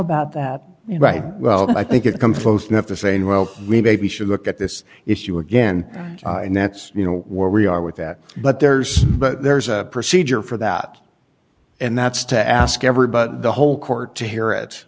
about that you're right i think it composed enough to saying well we maybe should look at this issue again and that's you know where we are with that but there's but there's a procedure for that and that's to ask every but the whole court to hear it